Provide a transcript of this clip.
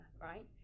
right